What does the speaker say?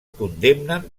condemnen